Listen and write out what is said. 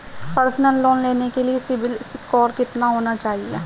Personal loan लेने के लिए सिबिल स्कोर कितना होना चाहिए?